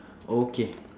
okay